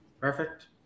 Perfect